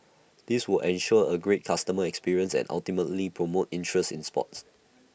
this will ensure A great customer experience and ultimately promote interest in sports